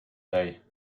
day